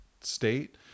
state